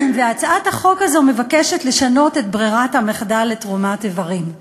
והצעת החוק הזאת מבקשת לשנות את ברירת המחדל לתרומת איברים.